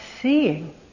seeing